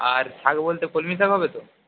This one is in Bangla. আর শাক বলতে কলমি শাক হবে তো